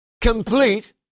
complete